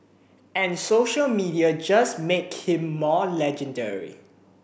and social media just make him more legendary